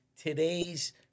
today's